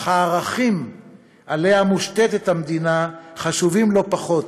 אך הערכים שעליהם מושתתת המדינה חשובים לא פחות.